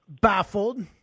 Baffled